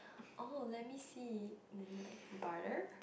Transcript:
oh let me see then like butter